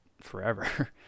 forever